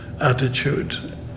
attitude